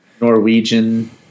Norwegian